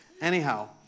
Anyhow